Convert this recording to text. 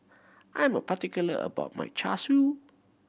I am particular about my Char Siu